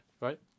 right